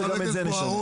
וגם את זה נשנה.